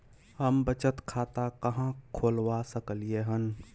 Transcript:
हम बचत खाता कहाॅं खोलवा सकलिये हन?